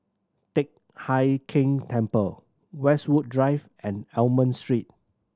Teck Hai Keng Temple Westwood Drive and Almond Street